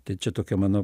tai čia tokia mano